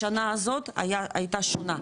השנה הזאת הייתה שונה,